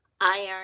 iron